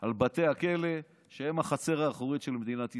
על בתי הכלא, שהם החצר האחורית של מדינת ישראל.